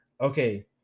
Okay